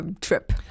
trip